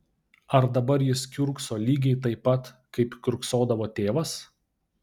ar dabar jis kiurkso lygiai taip pat kaip kiurksodavo tėvas